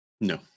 No